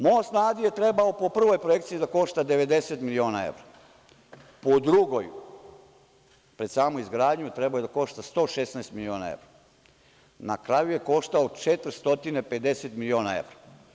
Most na Adi je trebao po prvoj projekciji da košta 90 miliona evra, po drugoj, pred samu izgradnju, trebao je da košta 116 miliona evra, a na kraju je koštao 450 miliona evra.